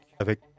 Avec